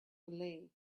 believed